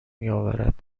میآورد